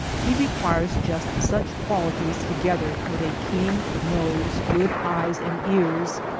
he re quires just such qualities together with a keen nose, good eyes and ears,